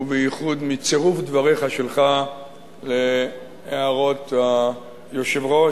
ובייחוד מצירוף דבריך שלך להערות היושב-ראש,